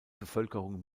bevölkerung